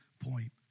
point